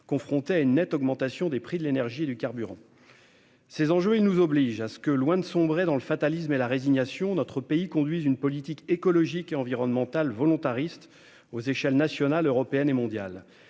confrontés à une nette augmentation des prix de l'énergie et du carburant. Ces enjeux nous obligent : loin de sombrer dans le fatalisme et la résignation, notre pays doit conduire une politique écologique et environnementale volontariste aux échelles nationale, européenne et mondiale.